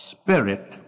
Spirit